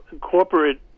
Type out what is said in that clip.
corporate